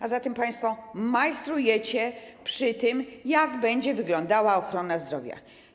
A zatem państwo majstrujecie przy tym, jak będzie wyglądała ochrona zdrowia.